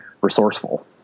resourceful